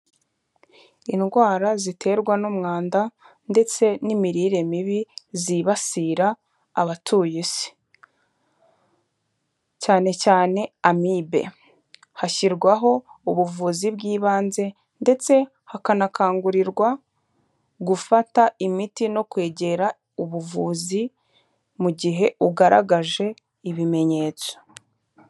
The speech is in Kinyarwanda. ndwara ziterwa n'umwanda ndetse n'imirire mibi zibasiraye isi cyane cyane amibe, hashyirwaho ubuvuzi bw'ibanze ndetse hakanakangurirwa gufata imiti, no kwegera ubuvuzi mu gihe ugaragaje ibimenyetso.